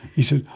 he said,